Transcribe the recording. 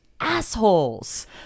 assholes